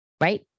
right